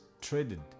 traded